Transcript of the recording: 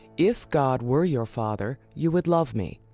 if god were your father you would love me,